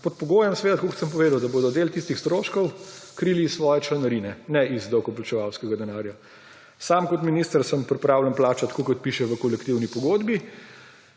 pod pogojem, kot sem povedal, da bodo del tistih stroškov krili iz svoje članarine in ne iz davkoplačevalskega denarja. Sam kot minister sem pripravljen plačati, tako kot piše v kolektivni pogodbi,